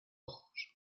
ojos